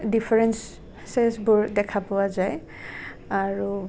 ডিফাৰেঞ্চেচবোৰ দেখা পোৱা যায় আৰু